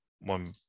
one